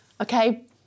Okay